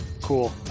Cool